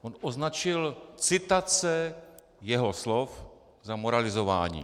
On označil citace jeho slov za moralizování.